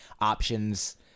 options—